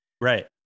Right